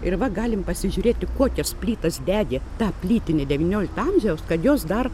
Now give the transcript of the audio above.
ir va galim pasižiūrėti kokias plytas degė ta plytinė devyniolikto amžiaus kad jos dar